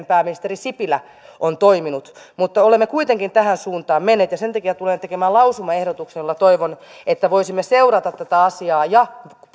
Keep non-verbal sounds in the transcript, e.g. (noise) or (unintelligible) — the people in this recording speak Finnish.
(unintelligible) pääministeri sipilä on toiminut mutta olemme kuitenkin tähän suuntaan menneet sen takia tulen tekemään lausumaehdotuksen jolla toivon että voisimme seurata tätä asiaa ja